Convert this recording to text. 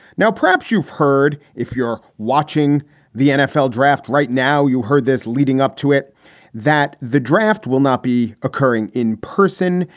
now, perhaps you've heard if you're watching the nfl draft right now, you heard this leading up to it that the draft will not be occurring in person.